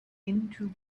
into